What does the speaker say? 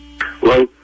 Hello